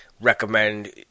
recommend